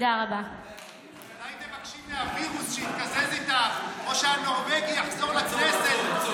אולי תבקשי מהווירוס שיתקזז איתך או שהנורבגי יחזור לכנסת.